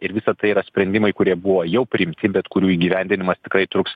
ir visa tai yra sprendimai kurie buvo jau priimti bet kurių įgyvendinimas tikrai truks